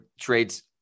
trades